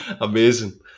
Amazing